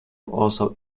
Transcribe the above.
also